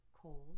cold